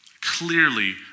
clearly